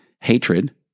Hatred